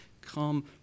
come